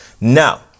now